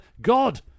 God